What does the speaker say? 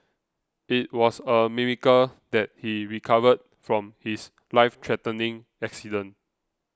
it was a miracle that he recovered from his life threatening accident